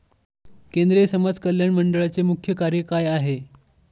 केंद्रिय समाज कल्याण मंडळाचे मुख्य कार्य काय आहे?